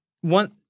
one